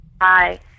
Hi